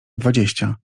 dwadzieścia